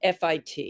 FIT